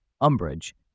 umbrage